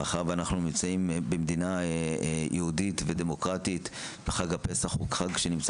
מאחר שאנחנו נמצאים במדינה יהודית ודמוקרטית וחג הפסח הוא חג שנמצא